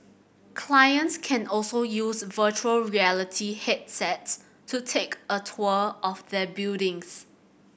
clients can also use virtual reality headsets to take a tour of their buildings